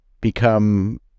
become